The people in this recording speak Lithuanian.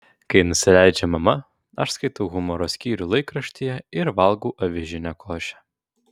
kai nusileidžia mama aš skaitau humoro skyrių laikraštyje ir valgau avižinę košę